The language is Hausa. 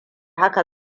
haka